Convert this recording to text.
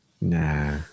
Nah